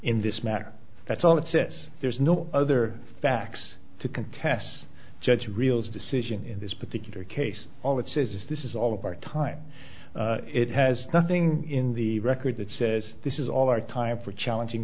in this matter that's all it says there's no other facts to contest judge reels decision in this particular case all it says is this is all of our time it has nothing in the record that says this is all our time for challenging